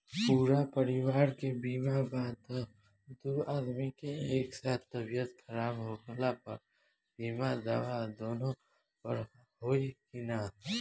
पूरा परिवार के बीमा बा त दु आदमी के एक साथ तबीयत खराब होला पर बीमा दावा दोनों पर होई की न?